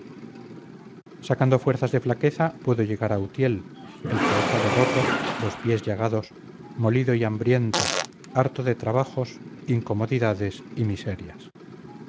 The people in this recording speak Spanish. sacando fuerzas de flaqueza pudo llegar a utiel el calzado roto los pies llagados molido y hambriento harto de trabajos incomodidades y miserias